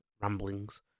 ramblings